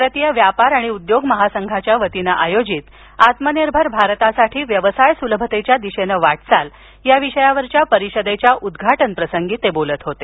भारतीय व्यापार आणि उद्योग महासंघाच्या वतीनं आयोजित आत्मनिर्भर भारतासाठी व्यवसाय सुलभतेच्या दिशेनं वाटचाल या विषयावरील परिषदेच्या उद्घाटन प्रसंगी ते बोलत होते